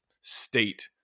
state